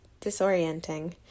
disorienting